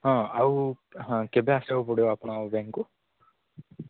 ହଁ ଆଉ ହଁ କେବେ ଆସିବାକୁ ପଡ଼ିବ ଆପଣଙ୍କ ବ୍ୟାଙ୍କକୁ